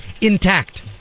intact